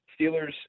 Steelers